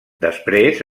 després